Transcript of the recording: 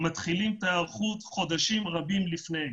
מתחילים את ההיערכות חודשים רבים לפני.